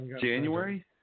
January